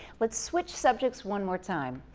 let's switch subjects one more time.